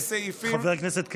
חבר הכנסת קריב,